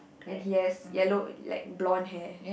and he has yellow like blonde hair